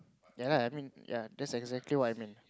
yea I mean yea that's exactly what I mean